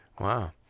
Wow